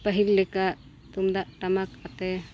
ᱯᱟᱹᱦᱤᱞ ᱞᱮᱠᱟ ᱛᱩᱢᱫᱟᱜ ᱴᱟᱢᱟᱠ ᱟᱛᱮᱫ